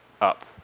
up